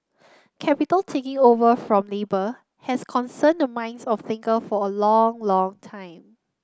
capital taking over from labour has concerned the minds of thinker for a long long time